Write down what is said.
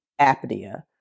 apnea